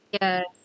yes